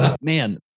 man